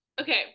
okay